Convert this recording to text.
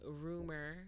rumor